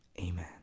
amen